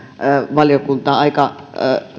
valiokunta aika